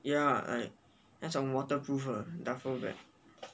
yeah like 那种 waterproof 的 duffel bag